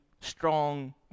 strong